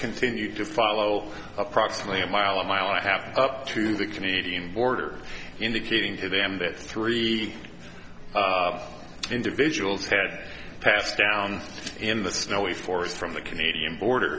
continue to follow approximately a mile a mile and half up to the canadian border indicating to them that three individuals had passed down in the snowy forest from the canadian border